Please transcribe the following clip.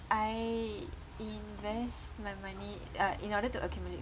I invest my money uh in order to accumulate